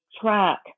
track